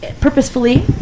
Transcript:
purposefully